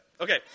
okay